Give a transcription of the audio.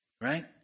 right